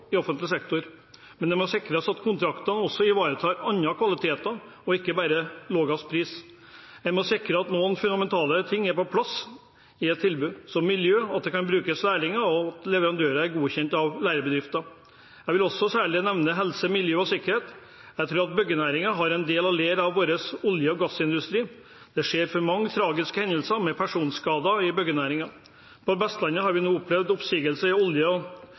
offentlig sektor, men det må sikres at kontraktene også ivaretar andre kvaliteter, ikke bare laveste pris. Man må sikre at noen fundamentale ting er på plass i et tilbud, som miljø, at det kan brukes lærlinger, og at leverandører er godkjente lærebedrifter. Jeg vil også særlig nevne helse, miljø og sikkerhet. Jeg tror byggenæringen har en del å lære av vår olje- og gassindustri. Det skjer for mange tragiske hendelser med personskader i byggenæringen. På Vestlandet har vi nå opplevd oppsigelser i olje-